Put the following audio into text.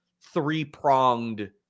three-pronged